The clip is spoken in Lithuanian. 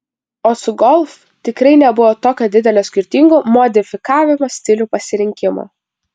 o su golf tikrai nebuvo tokio didelio skirtingų modifikavimo stilių pasirinkimo